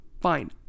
fine